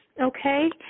okay